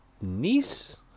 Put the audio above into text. Niece